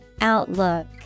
Outlook